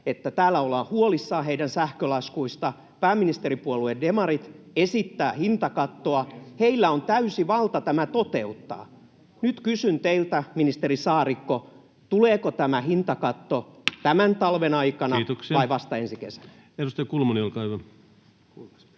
että täällä ollaan huolissaan heidän sähkölaskuistaan ja pääministeripuolue demarit esittää hintakattoa. Sillä on täysi valta tämä toteuttaa. Nyt kysyn teiltä, ministeri Saarikko: tuleeko tämä hintakatto tämän talven aikana vai vasta ensi kesänä? Kiitoksia. — Edustaja Kulmuni, olkaa hyvä.